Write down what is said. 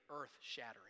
earth-shattering